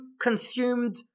consumed